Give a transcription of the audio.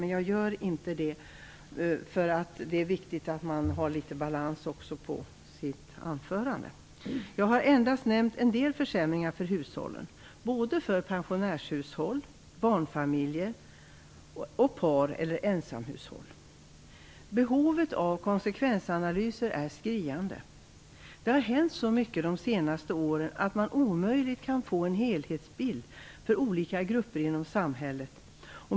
Men jag gör inte det eftersom det är viktigt att man har litet balans i sitt anförande. Jag har endast nämnt en del försämringar för hushållen, såväl för pensionärshushåll, barnfamiljer och par eller ensamhushåll. Behovet av konsekvensanalyser är skriande. Det har hänt så mycket de senaste åren att man omöjligt kan få en helhetsbild för olika grupper i samhället.